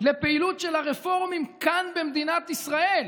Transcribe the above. לפעילות של הרפורמים כאן, במדינת ישראל.